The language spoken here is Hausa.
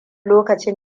lokacin